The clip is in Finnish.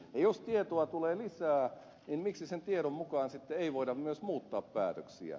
jos tietoa tulee lisää niin miksi sen tiedon mukaan sitten ei voida myös muuttaa päätöksiä